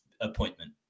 appointment